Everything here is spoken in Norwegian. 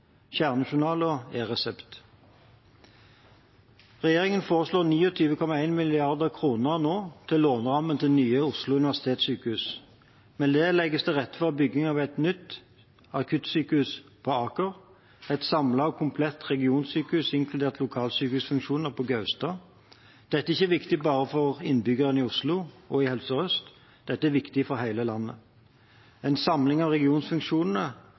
kjernejournaler og e-resepter. Regjeringen foreslår 29,1 mrd. kr i låneramme til nye Oslo universitetssykehus. Med det legges det til rette for bygging av et nytt akuttsykehus på Aker og et samlet og komplett regionsykehus, inkludert lokalsykehusfunksjoner, på Gaustad. Dette er viktig ikke bare for innbyggerne i Oslo og i Helse Sør-Øst, dette er viktig for hele landet. En samling av